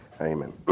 Amen